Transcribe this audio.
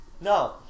No